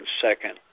second